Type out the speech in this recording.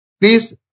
please